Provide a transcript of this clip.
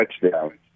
touchdown